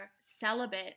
celibate